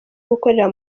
gukorera